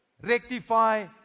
rectify